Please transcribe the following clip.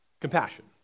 compassion